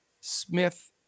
Smith